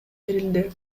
берилди